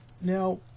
now